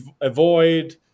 avoid